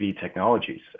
technologies